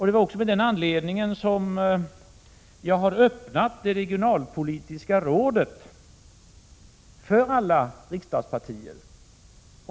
Det är också av den anledningen som jag har öppnat det regionalpolitiska rådet för alla riksdagspartier.